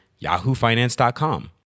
yahoofinance.com